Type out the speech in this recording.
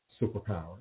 superpower